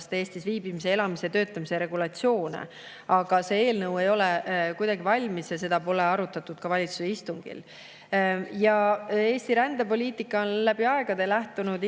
Eestis viibimise, elamise ja töötamise regulatsiooni, aga see eelnõu ei ole valmis ja seda pole arutatud ka valitsuse istungil. Eesti rändepoliitika on läbi aegade lähtunud